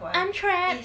I'm trapped